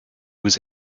was